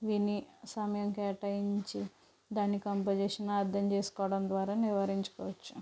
విని సమయం కేటాయించి దాన్ని కంపోజిషన్ అర్థం చేసుకోవడం ద్వారా నివారించుకోవచ్చు